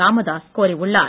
ராமதாஸ் கோரியுள்ளார்